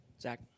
Zach